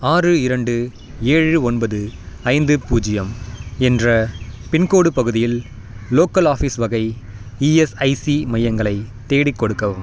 ஆறு இரண்டு ஏழு ஒன்பது ஐந்து பூஜ்ஜியம் என்ற பின்கோடு பகுதியில் லோக்கல் ஆஃபீஸ் வகை இஎஸ்ஐசி மையங்களைத் தேடிக் கொடுக்கவும்